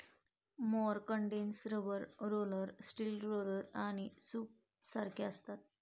mower condenser rubber roller, steel roller आणि सूपसारखे असते